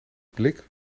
blik